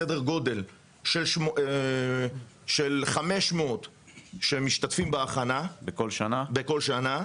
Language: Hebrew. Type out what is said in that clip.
יש סדר-גודל של 500 שהם משתתפים בהכנה בכל שנה.